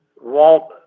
Walt